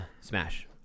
Smash